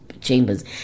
Chambers